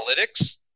analytics